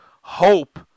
hope